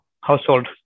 household